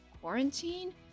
quarantine